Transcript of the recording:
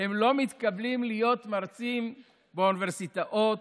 הם לא מתקבלים להיות מרצים באוניברסיטאות